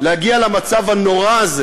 להגיע למצב הנורא הזה